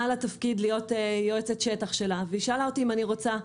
לה תפקיד להיות יועצת שטח שלה והיא שאלה אותי אם אני רוצה,